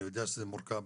אני יודע שזה מורכב,